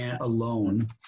alone